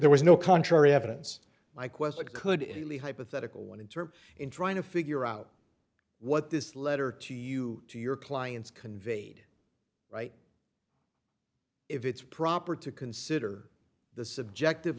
there was no contrary evidence my question could it really hypothetical wanted to in trying to figure out what this letter to you to your clients conveyed right if it's proper to consider the subjective